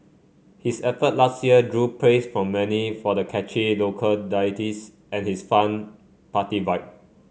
his effort last year drew praise from many for the catchy local ditties and his fun party vibe